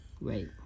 right